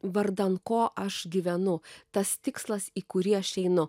vardan ko aš gyvenu tas tikslas į kurį aš einu